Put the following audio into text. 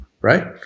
right